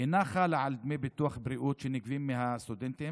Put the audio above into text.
אינה חלה על דמי ביטוח בריאות שנגבים מהסטודנטים